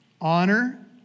Honor